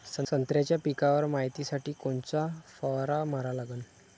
संत्र्याच्या पिकावर मायतीसाठी कोनचा फवारा मारा लागन?